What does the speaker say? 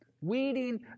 Weeding